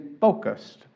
focused